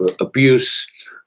abuse